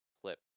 clip